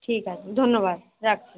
ঠিক আছে ধন্যবাদ রাখছি